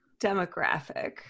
demographic